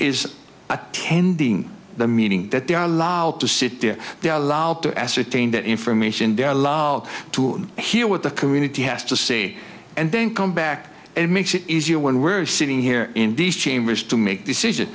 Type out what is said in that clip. is attending the meeting that they are allowed to sit there they are allowed to ascertain that information their love to hear what the community has to say and then come back and makes it easier when we're sitting here in these chambers to make decisions